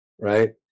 right